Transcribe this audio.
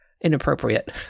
inappropriate